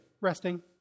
Resting